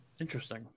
Interesting